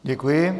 Děkuji.